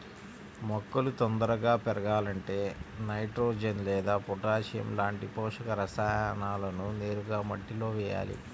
మొక్కలు తొందరగా పెరగాలంటే నైట్రోజెన్ లేదా పొటాషియం లాంటి పోషక రసాయనాలను నేరుగా మట్టిలో వెయ్యాలి